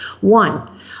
One